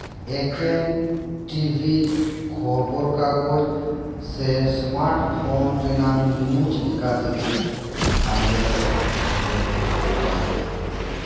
ᱮᱠᱮᱱ ᱴᱤᱵᱷᱤ ᱠᱷᱚᱵᱚᱨ ᱠᱟᱜᱚᱡᱽ ᱥᱮ ᱥᱢᱟᱴ ᱯᱷᱳᱱ ᱨᱮᱱᱟᱝ ᱱᱤᱭᱩᱡᱽ ᱞᱮᱠᱟᱛᱮᱜᱮ ᱟᱞᱮᱫᱚ ᱠᱷᱚᱵᱚᱨ ᱞᱮ ᱵᱟᱲᱟᱭ ᱧᱟᱢᱟ